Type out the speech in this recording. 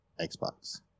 Xbox